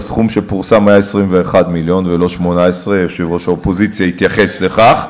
הסכום שפורסם היה 21 מיליון ולא 18. יושב-ראש האופוזיציה התייחס לכך.